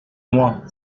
moi